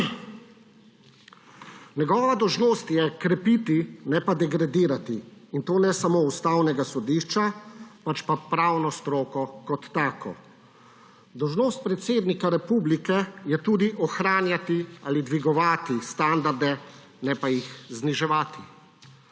Njegova dolžnost je krepiti, ne pa degradirati, in to ne samo Ustavnega sodišča, pač pa pravno stroko kot tako. Dolžnost predsednika republike je tudi ohranjati ali dvigovati standarde, ne pa jih zniževati.